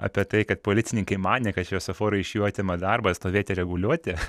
apie tai kad policininkai manė kad šviesoforai iš jų atima darbą stovėti reguliuoti